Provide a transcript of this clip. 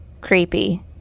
creepy